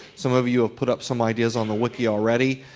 some of you have put up some ideas on wiki already.